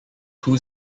two